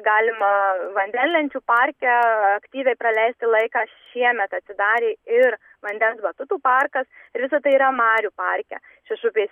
galima vandenlenčių parke aktyviai praleisti laiką šiemet atsidarė ir vandens batutų parkas ir visa tai yra marių parke šešupės